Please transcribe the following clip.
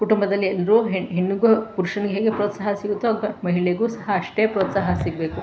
ಕುಟುಂಬದಲ್ಲಿ ಎಲ್ಲರೂ ಹೆಣ್ಣು ಹೆಣ್ಣಿಗೂ ಪುರುಷನಿಗೆ ಹೇಗೆ ಪ್ರೋತ್ಸಾಹ ಸಿಗುತ್ತೊ ಮಹಿಳೆಗೂ ಸಹ ಅಷ್ಟೇ ಪ್ರೋತ್ಸಾಹ ಸಿಗಬೇಕು